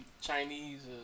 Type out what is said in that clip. Chinese